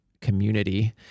community